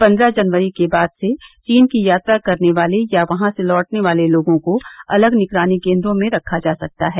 पंद्रह जनवरी के बाद से चीन की यात्रा करने वाले या वहां से आने वाले लोगों को अलग निगरानी केन्द्रों में रखा जा सकता है